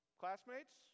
classmates